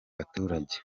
baturage